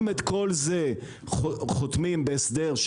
אם את כל זה חותמים בהסדר,